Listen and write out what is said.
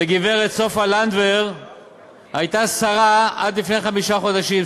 וגברת סופה לנדבר הייתה שרה עד לפני חמישה חודשים,